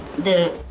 the